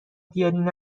بیارین